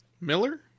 Miller